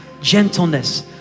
gentleness